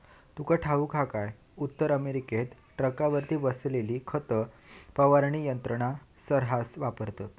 तुका ठाऊक हा काय, उत्तर अमेरिकेत ट्रकावर बसवलेली खत फवारणी यंत्रा सऱ्हास वापरतत